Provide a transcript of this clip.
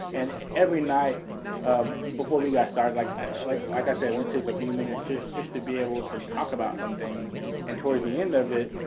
and every night um before we got started, like like like i said, we took a few minutes just just to be able to talk about something and towards the end of it,